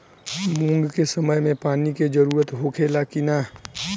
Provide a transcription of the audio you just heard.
मूंग के समय मे पानी के जरूरत होखे ला कि ना?